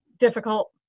difficult